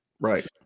Right